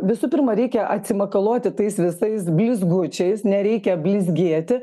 visų pirma reikia atsimakaloti tais visais blizgučiais nereikia blizgėti